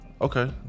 Okay